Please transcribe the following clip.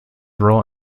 role